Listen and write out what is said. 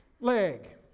leg